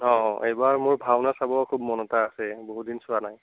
অঁ এইবাৰ মোৰ ভাওনা চাব খুব মন এটা আছে বহুত দিন চোৱা নাই